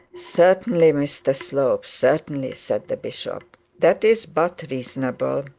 certainly, mr slope, certainly said the bishop that is but reasonable.